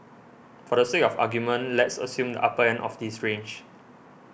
for the sake of argument let's assume the upper end of this range